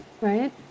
Right